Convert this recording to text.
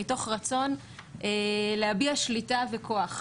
מתוך רצון להביע שליטה וכוח.